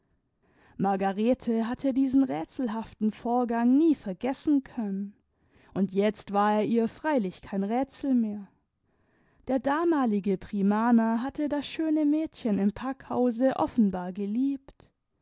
margarete hatte diesen rätselhaften vorgang nie vergessen können und jetzt war er ihr freilich kein rätsel mehr der damalige primaner hatte das schöne mädchen im packhause offenbar geliebt